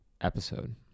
episode